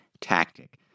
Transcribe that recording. tactic